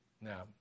Now